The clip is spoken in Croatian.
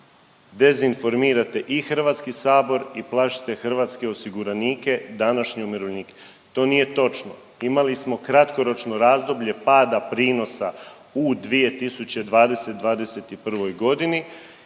Dezinformirate i Hrvatski sabor i plašite hrvatske osiguranike, današnje umirovljenike. To nije točno. Imali smo kratkoročno razdoblje pada prinosa u 2020.-'21. godini